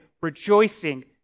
rejoicing